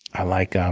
i like um